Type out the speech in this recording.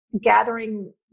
gathering